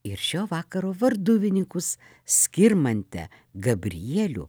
ir šio vakaro varduvininkus skirmantę gabrielių